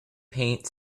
paint